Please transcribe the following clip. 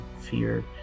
fear